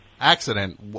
accident